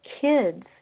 kids